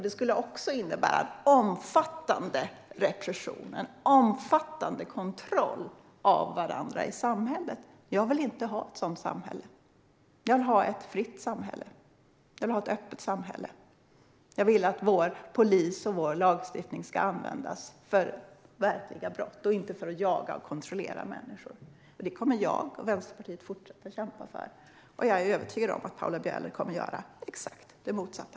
Det skulle också innebära en omfattande repression, en omfattande kontroll av varandra i samhället. Jag vill inte ha ett sådant samhälle. Jag vill ha ett fritt och öppet samhälle. Jag vill att vår polis och lagstiftning ska användas för verkliga brott och inte för att jaga och kontrollera människor. Det kommer jag och Vänsterpartiet att fortsätta att kämpa för. Jag är övertygad om att Paula Bieler kommer att göra exakt det motsatta.